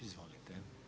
Izvolite.